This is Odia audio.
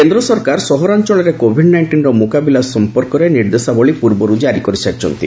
କେନ୍ଦ୍ର ସରକାର ସହରାଞ୍ଚଳରେ କୋଭିଡ୍ ନାଇଷ୍ଟିନର ମ୍ରକାବିଲା ସମ୍ଭନ୍ଧରେ ନିର୍ଦ୍ଦେଶାବଳୀ ପୂର୍ବର୍ କାରି କରିସାରିଛନ୍ତି